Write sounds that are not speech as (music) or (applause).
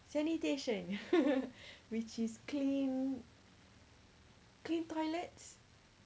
sanitation (laughs) which is clean clean toilets